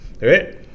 Right